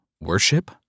worship